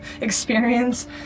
experience